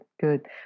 good